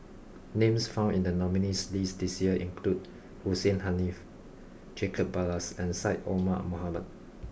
names found in the nominees' list this year include Hussein Haniff Jacob Ballas and Syed Omar Mohamed